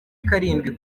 karindwi